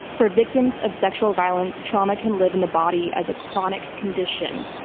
for victims of sexual violence, trauma can live in the body as a chronic condition.